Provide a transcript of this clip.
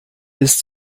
bis